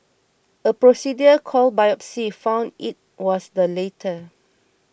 a procedure called biopsy found it was the later